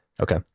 Okay